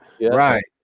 right